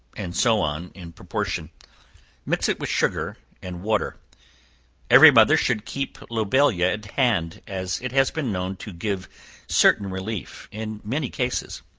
and so on in proportion mix it with sugar and water every mother should keep lobelia at hand, as it has been known to give certain relief in many cases.